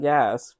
Yes